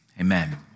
amen